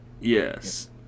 Yes